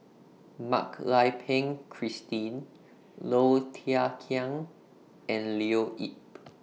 Mak Lai Peng Christine Low Thia Khiang and Leo Yip